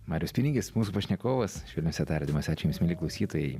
marius pinigis mūsų pašnekovas švelniuose tardymuose ačiū jums mieli klausytojai